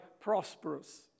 prosperous